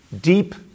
deep